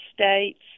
States